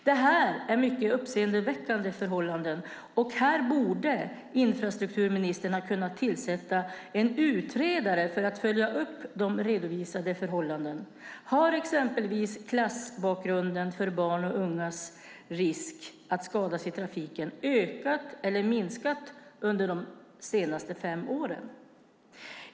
Detta är uppseendeväckande förhållanden, och här borde infrastrukturministern ha kunnat tillsätta en utredare för att följa upp de redovisade förhållandena. Har exempelvis betydelsen av klassbakgrunden för barns och ungas risk att skadas i trafiken ökat eller minskat under de senaste fem åren?